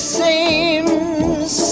seems